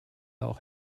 auch